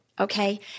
okay